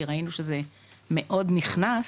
כי ראינו שזה מאד נכנס,